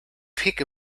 pick